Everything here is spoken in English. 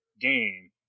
game